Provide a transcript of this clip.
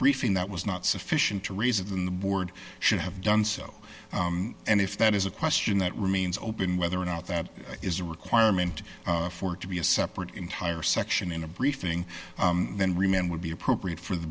briefing that was not sufficient to raise in the board should have done so and if that is a question that remains open whether or not that is a requirement for it to be a separate entire section in a briefing then remain would be appropriate for the